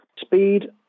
speed